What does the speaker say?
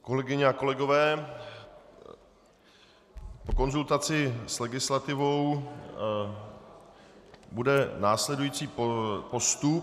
Kolegyně a kolegové, po konzultaci s legislativou bude následující postup.